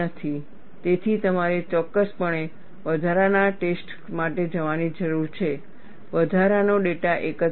તેથી તમારે ચોક્કસપણે વધારાના ટેસ્ટસ માટે જવાની જરૂર છે વધારાનો ડેટા એકત્રિત કરો